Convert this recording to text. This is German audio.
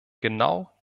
genau